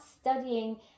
studying